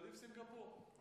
עדיף סינגפור.